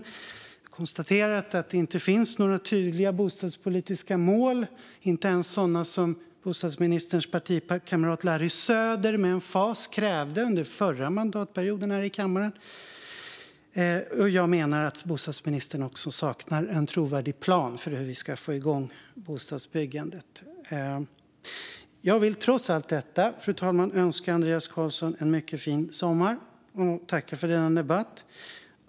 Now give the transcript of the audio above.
Jag har också konstaterat att det inte finns några tydliga bostadspolitiska mål - inte ens sådana som bostadsministerns partikamrat Larry Söder med emfas krävde i denna kammare under den förra mandatperioden. Jag menar vidare att bostadsministern saknar en trovärdig plan för hur vi ska få igång bostadsbyggandet. Trots allt detta, fru talman, vill jag önska Andreas Carlson en mycket fin sommar och tacka för denna debatt.